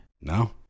No